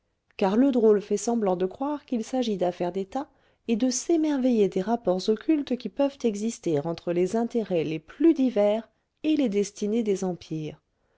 car le drôle fait semblant de croire qu'il s'agit d'affaires d'état et de s'émerveiller des rapports occultes qui peuvent exister entre les intérêts les plus divers et les destinées des empires